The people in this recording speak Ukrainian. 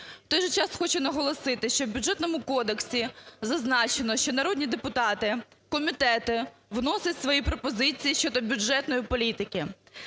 В той же час, хочу наголосити, що в Бюджетному кодексі зазначено, що народні депутати, комітети вносять свої пропозиції щодо бюджетної політики.